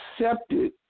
accepted